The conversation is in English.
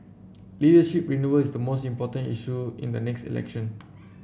leadership renewal is the most important issue in the next election